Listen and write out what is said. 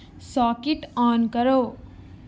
socket on کرو